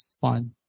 Fine